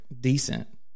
decent